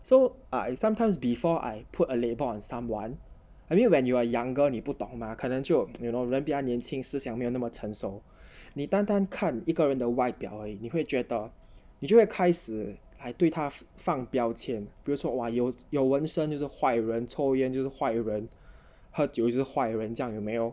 so ah sometimes before I put a label on someone I mean when you are younger 你不懂嘛可能就人比较年轻思想没有那么成熟你单单看一个人的外表而已你会觉得你就会开始还对他放标签比如说 !wah! 有纹身就是坏人抽烟就是坏人喝酒就是坏人这样有没有